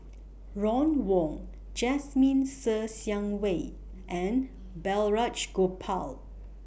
Ron Wong Jasmine Ser Xiang Wei and Balraj Gopal